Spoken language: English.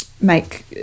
make